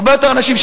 הרבה יותר אנשים,